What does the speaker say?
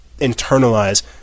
internalize